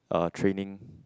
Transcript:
uh training